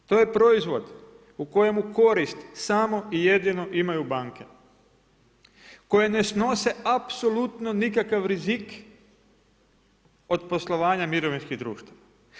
To je proizvod u kojemu korist samo i jedino imaju banke, koje ne snose apsolutno nikakav rizik od poslovanja mirovinskih društava.